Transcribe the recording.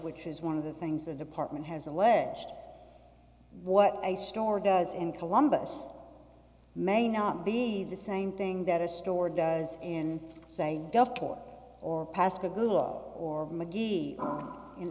which is one of the things the department has alleged what a store does in columbus may not be the same thing that a store does in say gulfport or pascagoula or mcgee in